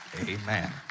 Amen